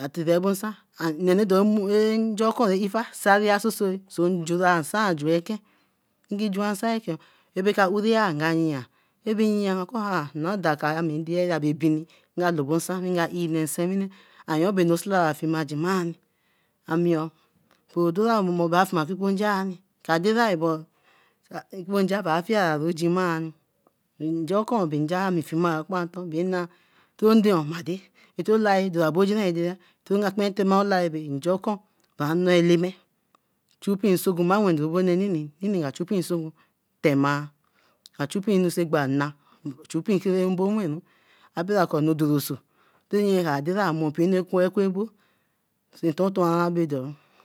a tite abo nsan okun ifa saria sosoe so njura nsaa juen eken, ngi juen nsan eken, ka uria kan yan, ke be yian ko nno a darka, a bae bini, nga lebo nsan nga eeye nee nsewine. Ayon bae anu osilara fiemajimaa, ame oo, bro dora momo bra fifie okpopon nja, aderai but kpoponja fieru joma, nja okun bae nja ami fima akponton bina toō nde ma dei, toō laore aboji edere, to ma kpere tora olaore bae nja okun bra nnoo eleme chu mpee nsoegwu, mba wen durobi nee nee, nee nee nga chu mpee nsoegwu tema, ka chu mpee anu egba nna, chu mpikele mbo wenru abelaku anu doroso, tinrin nye kara dera kra more mpee anu akwe kwe abo sinton toara bedo.